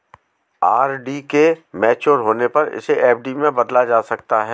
RD के mature होने पर इसे एफ.डी में बदला जा सकता है